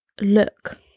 look